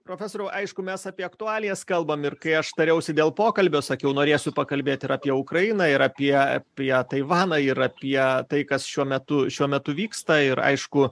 profesoriau aišku mes apie aktualijas kalbam ir kai aš tariausi dėl pokalbio sakiau norėsiu pakalbėt ir apie ukrainą ir apie apie taivaną ir apie tai kas šiuo metu šiuo metu vyksta ir aišku